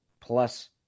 plus